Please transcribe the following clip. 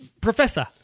professor